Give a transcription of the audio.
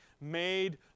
made